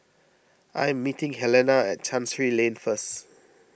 I am meeting Helena at Chancery Lane first